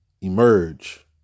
emerge